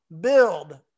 build